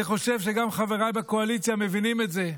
אני חושב שגם חבריי בקואליציה מבינים את זה,